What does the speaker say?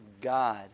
God